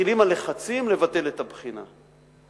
מתחילים הלחצים לבטל את הבחינה.